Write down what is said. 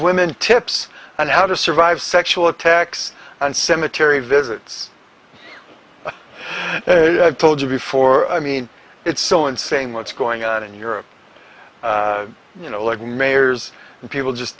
women tips on how to survive sexual attacks and cemetery visits told you before i mean it's so insane what's going on in europe you know like mayors and people just